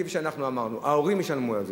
כפי שאנחנו אמרנו: ההורים ישלמו על זה.